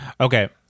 Okay